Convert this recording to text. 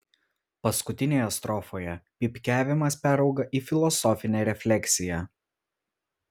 paskutinėje strofoje pypkiavimas perauga į filosofinę refleksiją